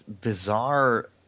bizarre